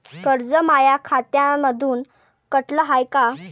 कर्ज माया खात्यामंधून कटलं हाय का?